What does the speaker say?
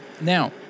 Now